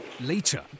Later